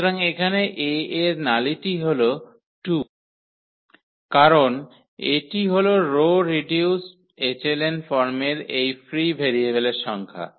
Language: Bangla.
সুতরাং এখানে 𝐴 এর নালিটি হল 2 কারণ এটি হল রো রিডিউস এচেলন ফর্মের এই ফ্রি ভেরিয়েবলের সংখ্যা